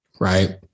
Right